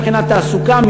גם מבחינת תעסוקה,